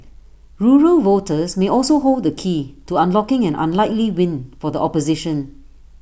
rural voters may also hold the key to unlocking an unlikely win for the opposition